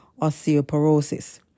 osteoporosis